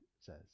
says